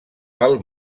pel